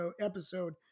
episode